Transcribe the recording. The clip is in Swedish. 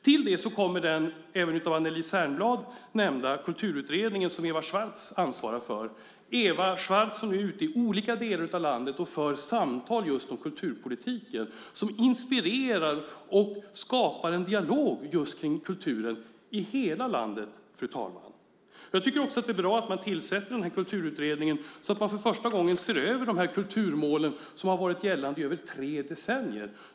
Till det kommer den även av Anneli Särnblad nämnda Kulturutredningen som Eva Swartz ansvarar för. Eva Swartz är ute i olika delar av landet och för samtal just om kulturpolitiken. Det inspirerar och skapar en dialog just om kulturen i hela landet, fru talman. Det är också bra att man tillsätter Kulturutredningen och för första gången ser över kulturmålen som varit gällande i tre decennier.